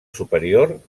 superior